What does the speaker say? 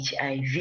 HIV